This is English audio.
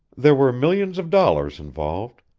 there were millions of dollars involved,